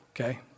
Okay